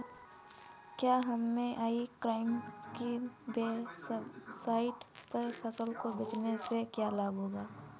क्या हमें e commerce की वेबसाइट पर फसलों को बेचने से लाभ होगा?